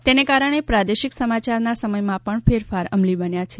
તેના કારણે પ્રાદેશિક સમાચારના સમયમાં પણ ફેરફાર અમલી બન્યા છે